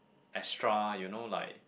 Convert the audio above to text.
extra you know like